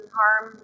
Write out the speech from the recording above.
harm